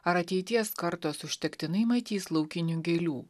ar ateities kartos užtektinai matys laukinių gėlių